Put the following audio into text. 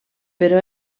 però